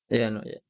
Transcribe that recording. ya ya not yet